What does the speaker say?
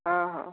ହଁ ହଉ